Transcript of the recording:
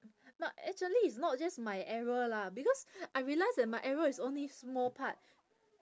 not actually it's not just my error lah because I realised that my error is only small part